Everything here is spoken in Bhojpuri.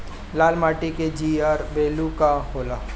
लाल माटी के जीआर बैलू का होला?